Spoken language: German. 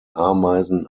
ameisen